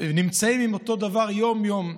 נמצאים עם אותו דבר יום-יום.